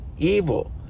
evil